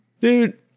Dude